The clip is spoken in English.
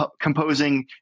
composing